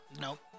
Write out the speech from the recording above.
Nope